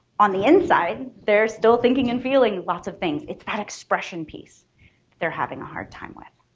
on the inside they're still thinking and feeling lots of things, it's that expression piece they're having a hard time with